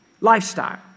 lifestyle